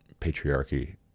patriarchy